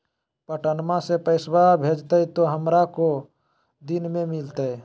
पटनमा से पैसबा भेजते तो हमारा को दिन मे मिलते?